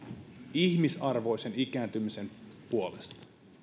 ihmisarvoisen ikääntymisen puolesta